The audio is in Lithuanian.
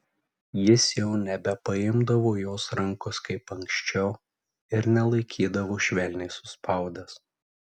jis jau nebepaimdavo jos rankos kaip anksčiau ir nelaikydavo švelniai suspaudęs